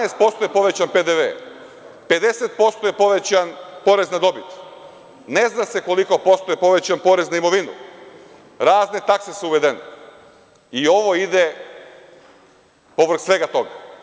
Jedanaest posto je povećan PDV, 50% je povećan porez na dobit, ne zna se koliko posto je povećan porez na imovinu, razne takse su uvedene i ovo ide povrh svega toga.